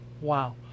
Wow